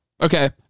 okay